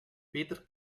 peter